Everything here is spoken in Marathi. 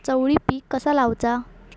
चवळी पीक कसा लावचा?